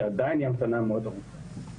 שעדיין היא המתנה מאוד ארוכה.